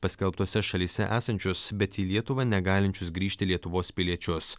paskelbtose šalyse esančius bet į lietuvą negalinčius grįžti lietuvos piliečius